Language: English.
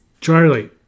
Charlie